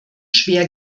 schwer